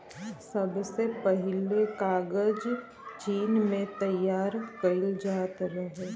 सबसे पहिले कागज चीन में तइयार कइल जात रहे